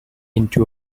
into